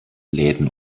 läden